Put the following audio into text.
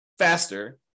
faster